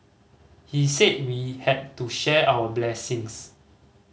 he said we had to share our blessings